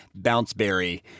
bounceberry